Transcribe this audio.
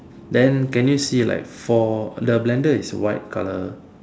then can you see like four the blender is white colour